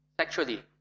sexually